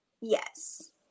yes